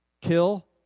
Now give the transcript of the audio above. kill